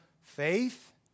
faith